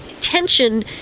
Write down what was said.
tension